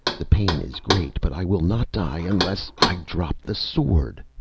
the pain is great, but i will not die unless i drop the sword.